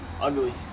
ugly